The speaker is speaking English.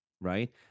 right